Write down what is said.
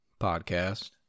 podcast